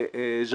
זה כמעט נכון.